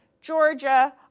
Georgia